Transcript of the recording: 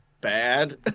bad